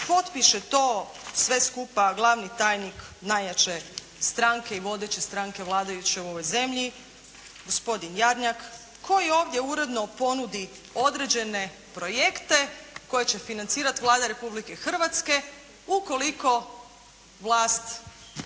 potpiše to sve skupa glavni tajnik najjače stranke i vodeće stranke vladajuće u ovoj zemlji, gospodin Jarnjak koji ovdje uredno ponudi određene projekte koje će financirati Vlada Republike Hrvatske ukoliko vlast